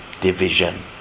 division